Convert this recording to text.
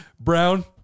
Brown